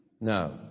No